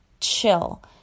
chill